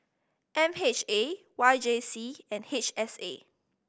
M H A Y J C and H S A